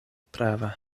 prava